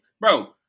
bro